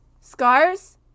Scars